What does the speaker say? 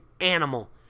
animal